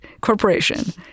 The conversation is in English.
Corporation